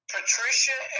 Patricia